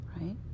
right